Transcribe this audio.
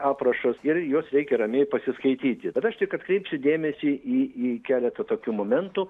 aprašas ir juos reikia ramiai pasiskaityti bet aš tik atkreipsiu dėmesį į į keletą tokių momentų